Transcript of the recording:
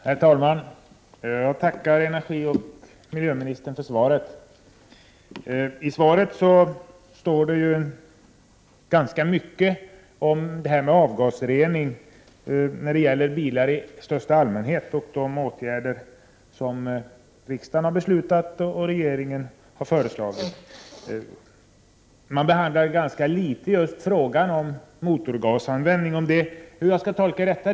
Herr talman! Jag tackar miljöoch energiministern för svaret. I svaret står det ganska mycket om avgasrening för bilar i största allmänhet och om de åtgärder som riksdagen och regeringen har beslutat. Just frågan om motorgasanvändning behandlas ganska litet.